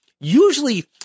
usually